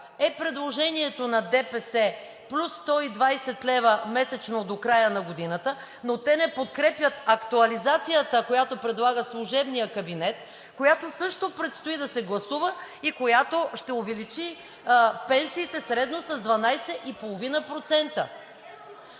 е предложението на ДПС плюс 120 лв. месечно до края на годината, но те не подкрепят актуализацията, която предлага служебният кабинет, която също предстои да се гласува и която ще увеличи пенсиите средно с 12,5%.